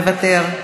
מוותר.